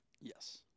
Yes